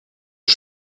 das